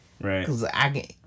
Right